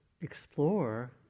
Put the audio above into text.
explore